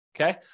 okay